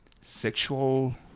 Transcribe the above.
sexual